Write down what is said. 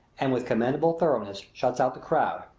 and with commendable thoughtfulness shuts out the crowd,